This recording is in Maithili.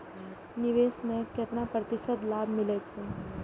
निवेश में केतना प्रतिशत लाभ मिले छै?